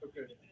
Okay